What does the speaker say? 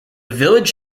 village